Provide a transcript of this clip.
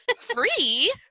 free